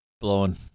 blowing